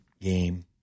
game